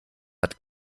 hat